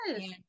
Yes